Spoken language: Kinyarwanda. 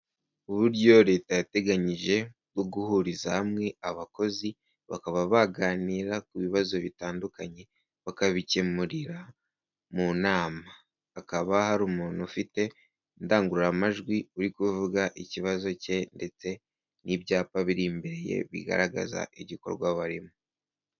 Uburyo Leta yateganyije bwo guhuriza hamwe abakozi, bakaba baganira ku bibazo bitandukanye bakabikemurira mu nama, hakaba hari umuntu ufite indangururamajwi uri kuvuga ikibazo cye ndetse n'ibyapa biri imbere ye, bigaragaza igikorwa barimo.